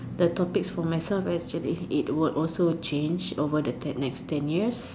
the topics for myself will also change over the next ten years